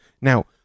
Now